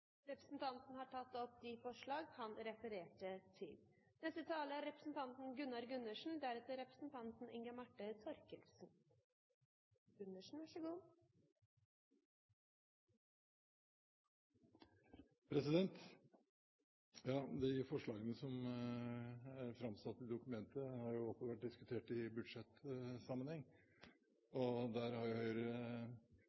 Representanten Christian Tybring-Gjedde har tatt opp de forslagene han refererte til. De forslagene som er framsatt i dokumentet, har også vært diskutert i budsjettsammenheng.